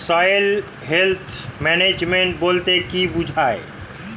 Soil health management বলতে কি বুঝায়?